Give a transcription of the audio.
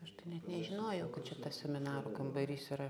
aš tai net nežinojau kad čia tas seminarų kambarys yra